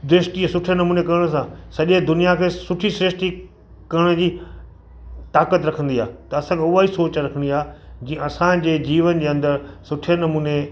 दृष्टि ई सुठे नमूने करण सां सॼे दुनिया खे सुठी सृष्टि करण जी ताक़त रखंदी आहे त असांखे उहा ई सोच रखणी आहे जीअं असांजे जीवन जे अंदरु सुठे नमूने